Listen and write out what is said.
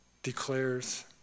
declares